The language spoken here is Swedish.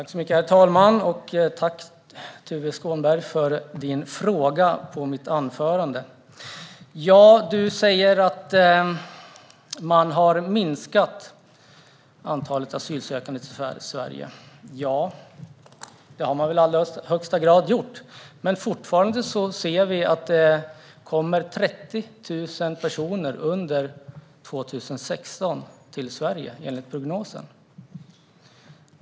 Herr talman! Tack, Tuve Skånberg, för din fråga! Du säger att man har minskat antalet asylsökande till Sverige. Det har man väl i allra högsta grad gjort, men fortfarande ser vi att det enligt prognosen kommer 30 000 personer till Sverige under 2016.